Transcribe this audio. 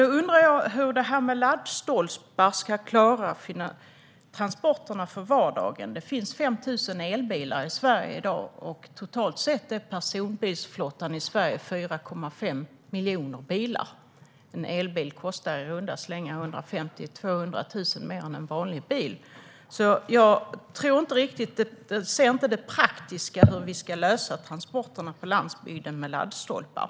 Då undrar jag hur laddstolpar ska klara transporterna för vardagen. Det finns 5 000 elbilar i Sverige i dag, medan personbilsflottan i Sverige totalt sett uppgår till 4,5 miljoner bilar. En elbil kostar i runda slängar 150 000-200 000 kronor mer än en vanlig bil, så jag ser inte riktigt hur vi rent praktiskt ska lösa transporterna på landsbygden med hjälp av laddstolpar.